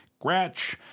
Gratch